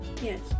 Yes